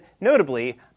notably